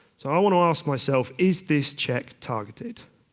so i want to ask myself is this check targeted?